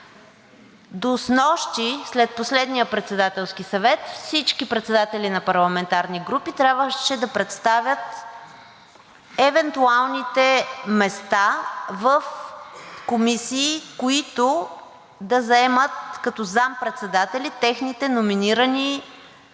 до снощи, след последния Председателски съвет, всички председатели на парламентарни групи трябваше да представят евентуалните места в комисии, които да заемат като заместник-председатели техните номинирани колеги